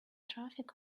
traffic